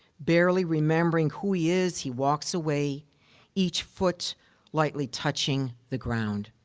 barely remembering who he is, he walks away each foot lightly touching the ground.